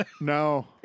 No